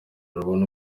rubone